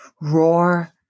roar